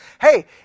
hey